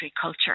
culture